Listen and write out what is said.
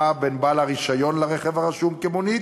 בין בעל הרישיון לרכב הרשום כמונית